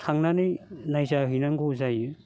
थांनानै नायजाहैनांगौ जायो